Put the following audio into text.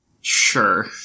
Sure